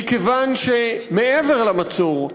מכיוון שמעבר למצור,